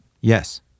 Yes